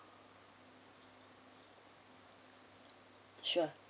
sure